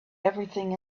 everything